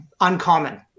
Uncommon